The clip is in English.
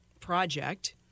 Project